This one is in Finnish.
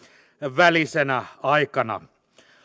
välisenä aikana